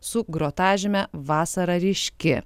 su grotažyme vasara ryški